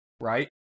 right